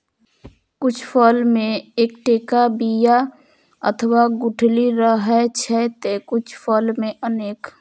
कुछ फल मे एक्केटा बिया अथवा गुठली रहै छै, ते कुछ फल मे अनेक